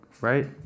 right